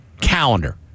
calendar